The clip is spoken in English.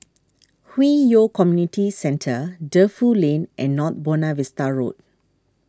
Hwi Yoh Community Centre Defu Lane and North Buona Vista Road